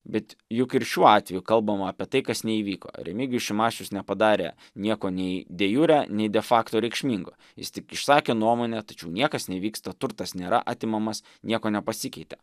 bet juk ir šiuo atveju kalbama apie tai kas neįvyko remigijus šimašius nepadarė nieko nei de jure nei de fakto reikšmingo jis tik išsakė nuomonę tačiau niekas nevyksta turtas nėra atimamas nieko nepasikeitė